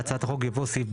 לא, אבל אני רוצה את הרביזיה.